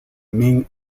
ming